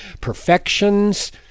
perfections